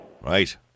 Right